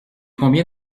combien